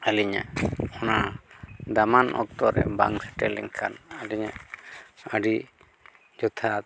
ᱟᱹᱞᱤᱧᱟᱜ ᱚᱱᱟ ᱫᱟᱢᱟᱱ ᱚᱠᱛᱚᱨᱮ ᱵᱟᱝ ᱥᱮᱴᱮᱨ ᱞᱮᱱᱠᱷᱟᱱ ᱟᱹᱞᱤᱧᱟᱜ ᱟᱹᱰᱤ ᱡᱚᱛᱷᱟᱛ